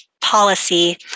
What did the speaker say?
policy